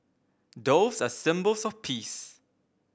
doves are symbols of peace